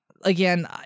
again